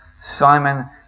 Simon